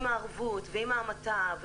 עם הערבות ועם ההמתה,